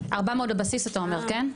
400 בבסיס אתה אומר כן?